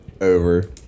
Over